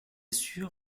sûr